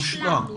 השלמנו.